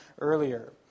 earlier